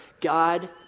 God